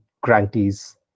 grantees